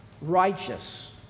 righteous